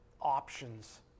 options